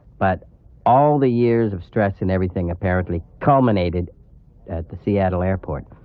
but all the years of stress and everything apparently culminated at the seattle airport,